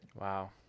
Wow